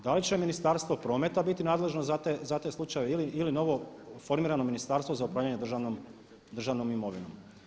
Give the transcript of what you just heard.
Da li će Ministarstvo prometa biti nadležno za te slučajeve ili novo formirano Ministarstvo za upravljanje državnom imovinom?